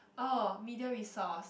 oh media resource